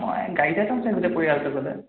মই গাড়ীতে যাম চাগে গোটেই পৰিয়ালটো গ'লে